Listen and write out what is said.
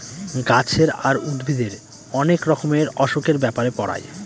গাছের আর উদ্ভিদের অনেক রকমের অসুখের ব্যাপারে পড়ায়